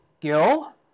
Gil